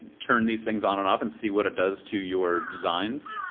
turn these things on and off and see what it does to your designs.